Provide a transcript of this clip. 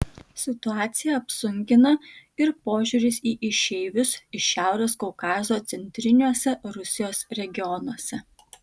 situaciją apsunkina ir požiūris į išeivius iš šiaurės kaukazo centriniuose rusijos regionuose